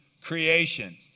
creation